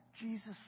Jesus